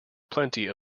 plenty